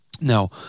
Now